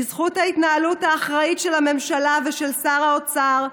בזכות ההתנהגות האחראית של הממשלה ושל שר האוצר,